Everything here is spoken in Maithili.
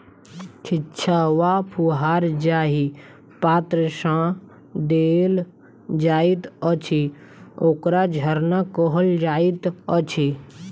छिच्चा वा फुहार जाहि पात्र सँ देल जाइत अछि, ओकरा झरना कहल जाइत अछि